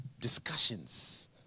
discussions